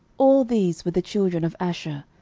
all these were the children of asher,